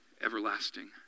everlasting